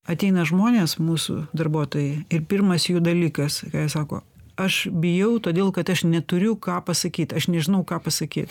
ateina žmonės mūsų darbuotojai ir pirmas jų dalykas ką jie sako aš bijau todėl kad aš neturiu ką pasakyt aš nežinau ką pasakyt